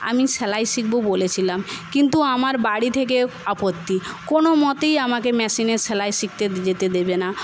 আমি সেলাই শিখবো বলেছিলাম কিন্তু আমার বাড়ি থেকে আপত্তি কোনো মতেই আমাকে মেশিনে সেলাই শিখতে যেতে দেবে না